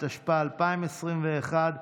התשפ"א 2021,